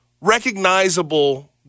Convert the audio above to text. recognizable